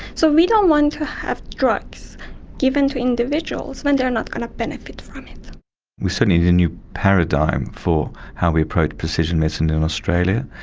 so we don't want to have drugs given to individuals when they are not going to benefit from we certainly need a new paradigm for how we approach precision medicine in australia.